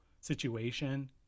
situation